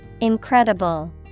Incredible